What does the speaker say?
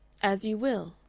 as you will,